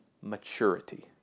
maturity